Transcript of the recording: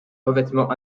revêtement